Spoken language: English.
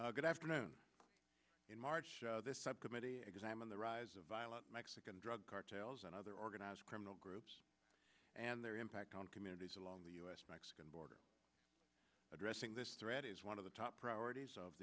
good afternoon in march this subcommittee examine the rise of violent mexican drug cartels and other organized criminal groups and their impact on communities along the u s mexican border addressing this threat is one of the top priorities of